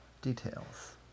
details